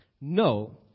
No